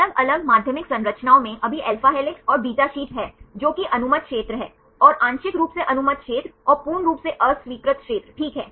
अलग अलग माध्यमिक संरचनाओं में अभी alpha हेलिक्स और beta शीट हैं जो कि अनुमत क्षेत्र हैं और आंशिक रूप से अनुमत क्षेत्र और पूर्ण रूप से अस्वीकृत क्षेत्र ठीक हैं